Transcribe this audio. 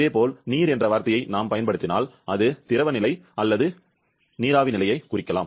இதேபோல் நீர் என்ற வார்த்தையை நாம் பயன்படுத்தினால் அது திரவ நிலை அல்லது நீராவி நிலையை குறிக்கலாம்